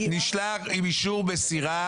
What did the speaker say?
נשלח עם אישור מסירה,